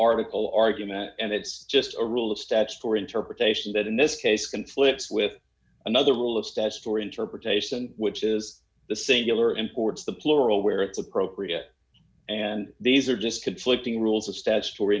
article argument and it's just a rule of stats for interpretation that in this case conflicts with another rule of statutory interpretation which is the singular imports the plural where it's appropriate and these are just conflicting rules of statutory